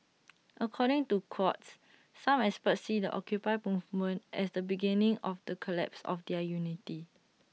according to Quartz some experts see the occupy movement as the beginning of the collapse of their unity